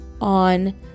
on